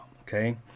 okay